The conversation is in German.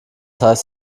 heißt